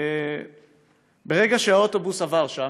וברגע שהאוטובוס עבר שם,